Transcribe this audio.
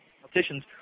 politicians